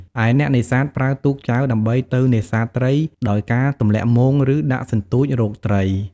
ឯអ្នកនេសាទប្រើទូកចែវដើម្បីទៅនេសាទត្រីដោយការទម្លាក់មង ឬដាក់សន្ទូចរកត្រី។